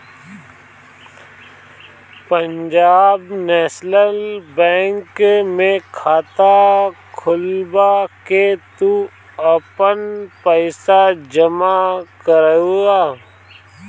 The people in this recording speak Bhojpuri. पंजाब नेशनल बैंक में खाता खोलवा के तू आपन पईसा जमा करअ